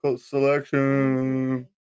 selection